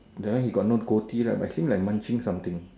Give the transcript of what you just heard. that one he got no gold T right but see like he munching something